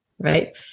Right